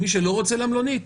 מי שלא רוצה למלונית,